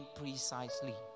precisely